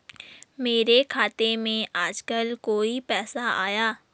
मेरे खाते में आजकल कोई पैसा आया?